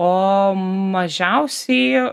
o mažiausieji